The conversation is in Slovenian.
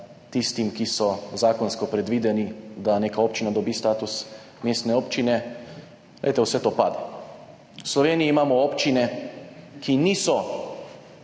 kriterijem, ki so zakonsko predvideni, da neka občina dobi status mestne občine, glejte, vse to pade. V Sloveniji imamo občine, ki niso